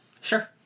Sure